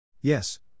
Yes